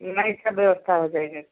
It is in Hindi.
नहीं सब व्यवस्था हो जाएगा